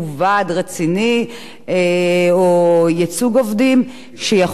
או ייצוג עובדים שיכול להילחם את המלחמה שלהם,